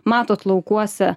matot laukuose